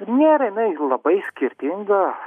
nėra jinai labai skirtinga